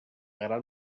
gran